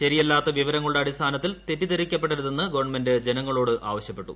ശരിയല്ലാത്ത വിവരങ്ങളുടെ അടിസ്ഥാനത്തിൽ തെറ്റിദ്ധരിക്കപ്പെടരുതെന്ന് ഗവൺമെന്റ് ജനങ്ങളോട് ആവശ്യപ്പെട്ടു